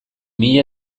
mila